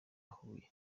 huye